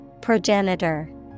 progenitor